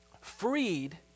freed